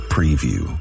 Preview